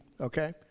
okay